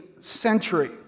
century